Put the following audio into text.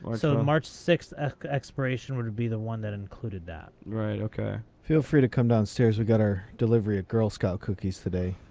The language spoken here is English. ah so march sixth expiration would would be the one that included that. right, ok. feel free to come downstairs. we got our delivery of girl scout cookies today.